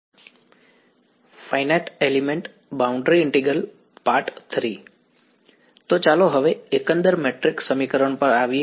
તો હવે ચાલો એકંદર મેટ્રિક્સ સમીકરણ પર આવીએ